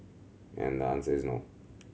and the answer is no